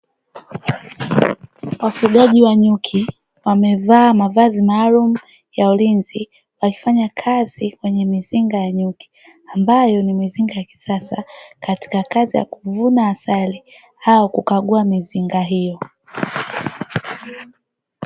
Wafugaji wanyuki wamevaa mavazi maalumu ya ulinzi wakifanya kazi kwenye mizinga ya nyuki, ambayo ni mizinga ya kisasa katika kazi ya kuvuna asali au kukagua mizinga hiyo.